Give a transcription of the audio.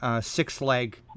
six-leg